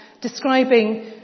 describing